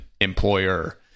employer